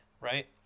right